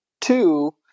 two